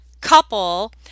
couple